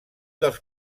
dels